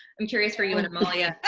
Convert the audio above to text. i'm curious for you and amalia.